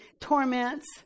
torments